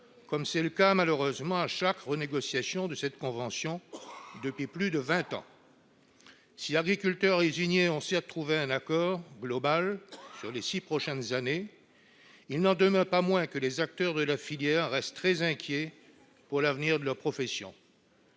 comme c'est le cas malheureusement à chaque renégociation de cette convention depuis plus de vingt ans. Si agriculteurs et usiniers ont trouvé un accord global sur les six prochaines années, il n'en demeure pas moins que les acteurs de la filière restent très inquiets pour l'avenir de leur profession.